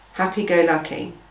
happy-go-lucky